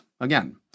again